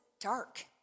dark